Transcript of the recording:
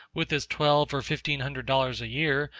with his twelve or fifteen hundred dollars a year,